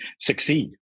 succeed